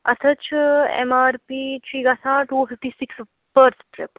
اَتھ حظ چھُ اٮ۪م آر پی چھُ یہِ گژھان ٹوٗ فِفٹی سِکس پٔر سِٹرِپ